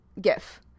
GIF